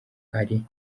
ari